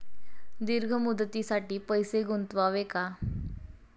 दीर्घ मुदतीसाठी पैसे गुंतवावे का?